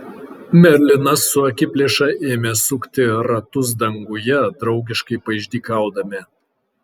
merlinas su akiplėša ėmė sukti ratus danguje draugiškai paišdykaudami